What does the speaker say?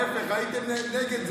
ההפך, הייתם נגד זה.